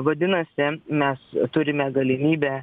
vadinasi mes turime galimybę